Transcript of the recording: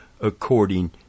according